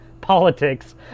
politics